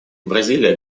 бразилия